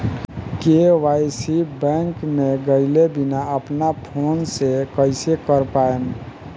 KYC bank मे गएले बिना अपना फोन से कइसे कर पाएम?